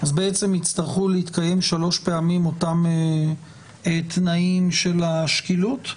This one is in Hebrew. בעצם יצטרכו להתקיים שלוש פעמים אותם תנאים של השקילות?